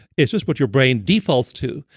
it's just what your brain defaults to.